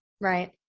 Right